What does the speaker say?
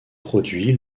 produit